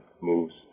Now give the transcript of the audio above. moves